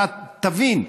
תבין: